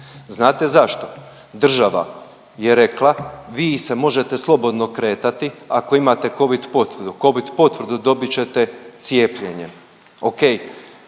Znate zašto? Država je rekla, vi se možete slobodno kretati ako imate Covid potvrdu. Covid potvrdu dobit ćete cijepljenjem.